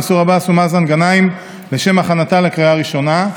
מנסור עבאס ומאזן גנאים לשם הכנתה לקריאה הראשונה.